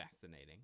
fascinating